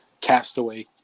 castaway